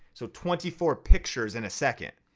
so twenty four pictures in a second.